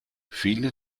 viele